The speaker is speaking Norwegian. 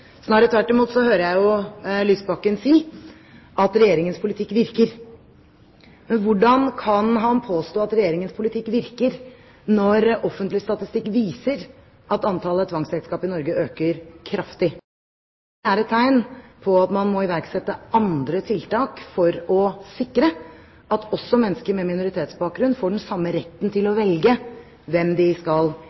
Snarere tvert imot hører jeg Lysbakken si at Regjeringens politikk virker. Men hvordan kan han påstå at Regjeringens politikk virker når offentlig statistikk viser at antall tvangsekteskap i Norge øker kraftig? Det er et tegn på at man må iverksette andre tiltak for å sikre at også mennesker med minoritetsbakgrunn får den samme retten til å velge hvem de skal